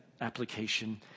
application